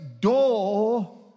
door